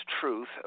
truth